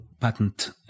patent